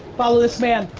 follow this man,